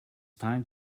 time